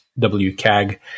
WCAG